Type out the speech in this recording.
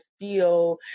feel